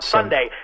Sunday